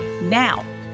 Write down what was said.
Now